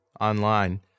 online